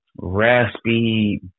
raspy